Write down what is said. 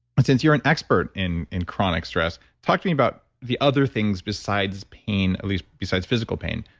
but since you're an expert in in chronic stress, talk to me about the other things besides pain, at least besides physical pain,